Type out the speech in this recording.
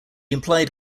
implied